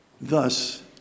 Thus